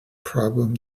problem